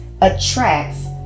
attracts